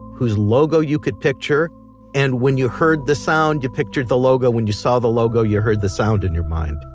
whose logo you could picture and when you heard the sound you pictured the logo when you saw the logo you heard the sound in your mind